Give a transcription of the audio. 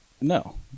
No